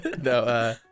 no